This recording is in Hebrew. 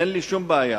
אין עם זה שום בעיה,